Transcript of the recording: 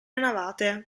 navate